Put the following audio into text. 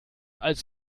als